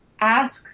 ask